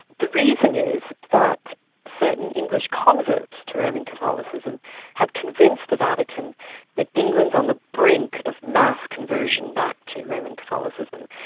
the reason is that certain english converts to roman catholicism had convinced the vatican that england's on the brink of mass conversion back to roman catholicism,